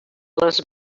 les